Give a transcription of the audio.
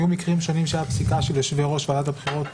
היו מקרים שונים שהייתה פסיקה של יושבי-ראש ועדת הבחירות